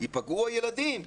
ייפגעו הילדים.